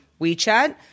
WeChat